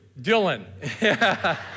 Dylan